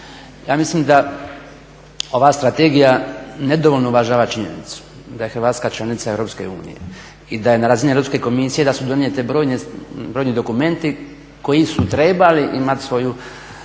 Ja mislim da ova strategija nedovoljno uvažava činjenicu da je Hrvatska članica EU i da je na razini Europske komisije da su donijeti brojni dokumenti koji su trebali imat svoju